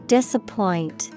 Disappoint